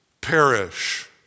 perish